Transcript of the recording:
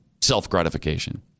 self-gratification